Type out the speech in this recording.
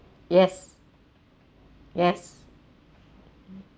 yes yes